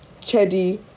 Chedi